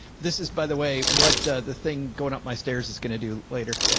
this is by the way, what a, the thing going up my stairs is going to do later.